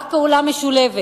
רק פעולה משולבת